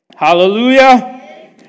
Hallelujah